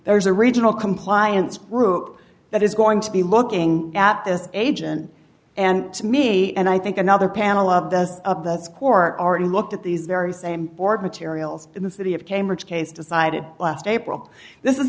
there's a regional compliance group that is going to be looking at this agent and me and i think another panel of those up that's court are and looked at these very same board materials in the city of cambridge case decided last april this is